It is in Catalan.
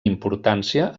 importància